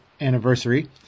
anniversary